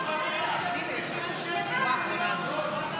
למה?